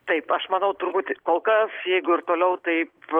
taip aš manau turbūt kol kas jeigu ir toliau taip